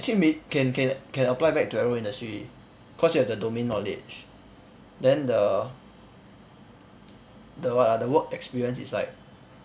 actually may~ can can can apply back to aero industry cause you have the domain knowledge then the the what ah the work experience is like